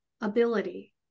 ability